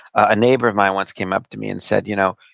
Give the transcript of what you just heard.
a neighbor of mine once came up to me and said, you know,